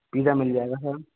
pizza मिल जाएगा sir